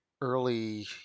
early